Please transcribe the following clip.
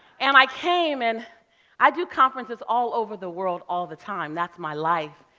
and i came. and i do conferences all over the world all the time, that's my life.